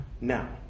Now